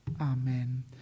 Amen